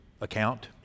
account